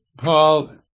Paul